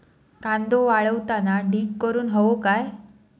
कांदो वाळवताना ढीग करून हवो काय?